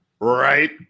Right